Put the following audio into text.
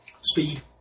Speed